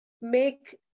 make